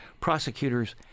prosecutors